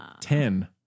Ten